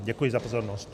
Děkuji za pozornost.